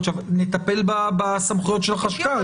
מטפל בסמכויות של החשב הכללי.